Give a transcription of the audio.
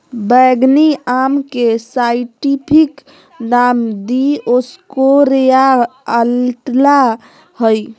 बैंगनी आम के साइंटिफिक नाम दिओस्कोरेआ अलाटा हइ